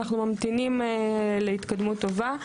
אנחנו ממתינים להתקדמות טובה,